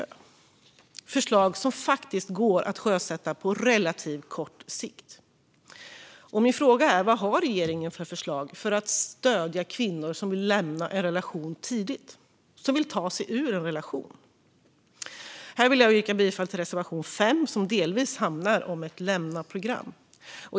Det är förslag som går att sjösätta på relativt kort sikt. Min fråga är: Vad har regeringen för förslag för att stödja kvinnor som vill ta sig ur och lämna en relation tidigt? Här vill jag yrka bifall till reservation 5, som delvis handlar om ett lämnaprogram.